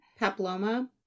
Papilloma